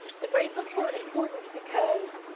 the bracelets were important because